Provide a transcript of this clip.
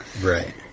Right